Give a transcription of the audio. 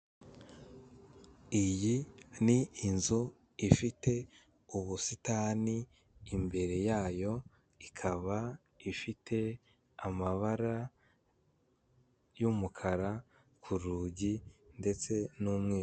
Iyi ni inzu ifite ubusitani imbere yayo ikaba ifite amabara y'umukara ku rugi ndetse n'umweru.